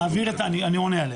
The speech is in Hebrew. אני עונה עליהן.